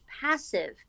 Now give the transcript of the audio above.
passive